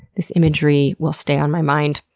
this imagery will stay on my mind,